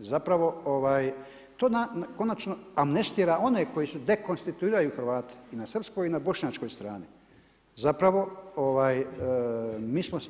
Zapravo to konačno amnestira one koji su dekonstituirali Hrvate i na srpskoj i na bošnjačkoj strani, zapravo